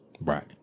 Right